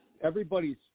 everybody's